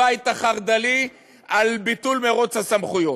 שרת משפטים לבית החרד"לי על ביטול מרוץ הסמכויות,